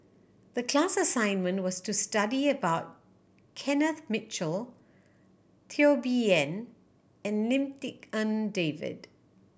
the class assignment was to study about Kenneth Mitchell Teo Bee Yen and Lim Tik En David